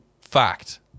fact